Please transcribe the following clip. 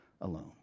alone